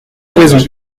oraison